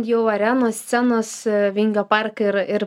jau arenos scenos vingio park ir ir